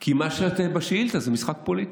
כי מה שבשאילתה זה הרי משחק פוליטי.